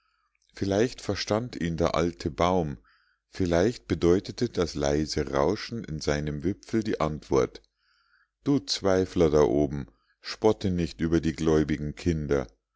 vielleicht verstand ihn der alte baum vielleicht bedeutete das leise rauschen in seinem wipfel die antwort du zweifler da oben spotte nicht über die gläubigen kinder